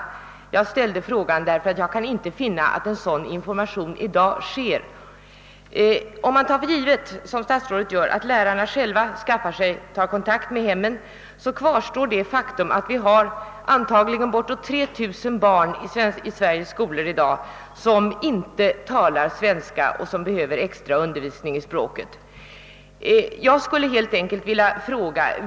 Anledningen till att jag ställde frågan var att jag inte kunnat finna att någon sådan information i dag lämnas. Om man tar för givet, som statsrådet gör, att lärarna själva tar kontakt med hemmen kvarstår ändå det faktum, att vi i dag har bortåt 3 000 barn i Sveriges skolor som inte talar svenska och som behöver extra undervisning i språket.